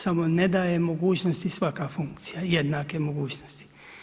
Samo ne daje mogućnosti svaka funkcija, jednake mogućnosti.